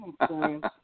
experience